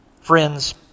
friends